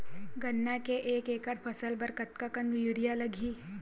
गन्ना के एक एकड़ फसल बर कतका कन यूरिया लगही?